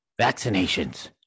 vaccinations